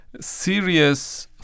serious